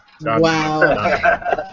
Wow